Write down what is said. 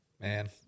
Man